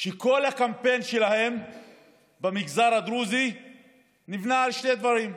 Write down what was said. שכל הקמפיין שלהן במגזר הדרוזי נבנה על שני דברים: